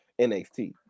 NXT